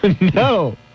No